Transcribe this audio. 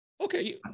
okay